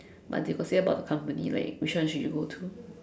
but they got say about the company like which one you should go to